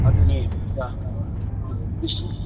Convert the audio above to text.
ꯑꯗꯨꯅꯦ ꯑꯗꯨꯅ ꯎꯝ ꯏꯁꯤꯡ